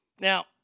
Now